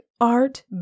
art